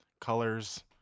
colors